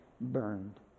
burned